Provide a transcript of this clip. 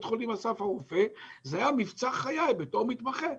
חולים אסף הרופא היה מבצע חיי בתור מתמחה.